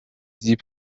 زیپ